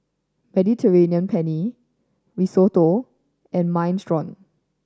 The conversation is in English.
Mediterranean Penne Risotto and Minestrone